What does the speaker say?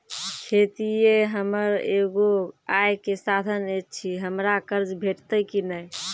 खेतीये हमर एगो आय के साधन ऐछि, हमरा कर्ज भेटतै कि नै?